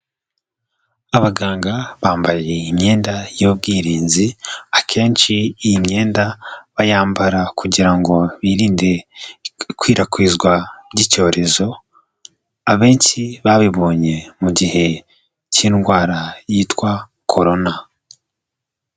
Abaganga bambaye imyenda y'ubwirinzi. Akenshi iyi myenda bayambara kugira ngo birinde ikwirakwizwa ry'icyorezo, abenshi babibonye mu gihe cy'indwara yitwa corona.